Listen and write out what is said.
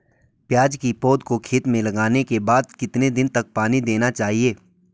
प्याज़ की पौध को खेतों में लगाने में कितने दिन तक पानी देना चाहिए?